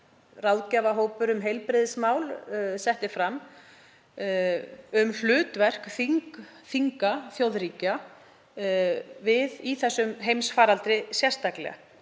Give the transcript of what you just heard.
ráðgjafarhópur um heilbrigðismál setti fram um hlutverk þinga þjóðríkja í þessum heimsfaraldri sérstaklega